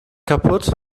kaputt